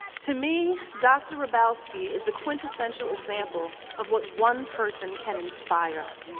to me, dr. hrabowski is the quintessential example of what one person can inspire.